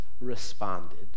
responded